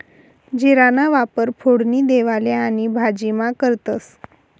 जीराना वापर फोडणी देवाले आणि भाजीमा करतंस